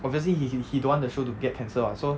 obviously he he he don't want the show to get cancelled [what] so